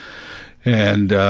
and ah,